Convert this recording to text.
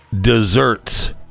Desserts